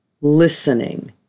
listening